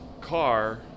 car